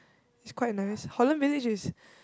it's quite nice Holland-Village is